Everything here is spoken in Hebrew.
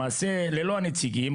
למעשה ללא הנציגים,